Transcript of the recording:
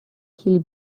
hill